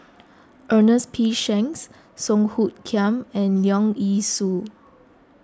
Ernest P Shanks Song Hoot Kiam and Leong Yee Soo